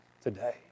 today